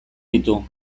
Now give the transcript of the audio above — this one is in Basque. ditu